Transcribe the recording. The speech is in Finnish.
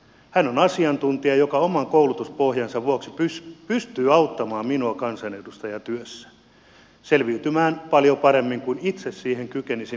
hän on asiantuntija joka oman koulutuspohjansa vuoksi pystyy auttamaan minua kansanedustajan työssä selviytymään paljon paremmin kuin itse siihen kykenisin ilman avustajaa